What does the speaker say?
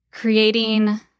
creating